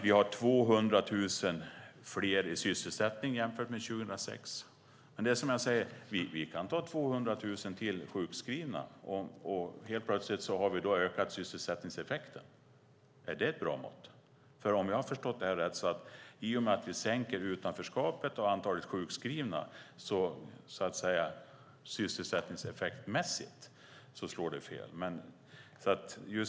Vi har 200 000 fler i sysselsättning jämfört med 2006. Men vi kan ha 200 000 till sjukskrivna, och helt plötsligt har vi ökat sysselsättningseffekten. Är det ett bra mått? Om jag har förstått det rätt är resultatet av att vi minskar utanförskapet och antalet sjukskrivna att det sysselsättningsmässigt slår fel.